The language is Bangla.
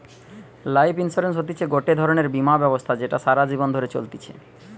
লাইফ ইন্সুরেন্স হতিছে গটে ধরণের বীমা ব্যবস্থা যেটা সারা জীবন ধরে চলতিছে